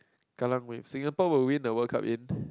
Kallang Wave Singapore will win the World Cup in